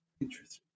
Interesting